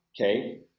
okay